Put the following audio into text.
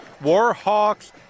Warhawks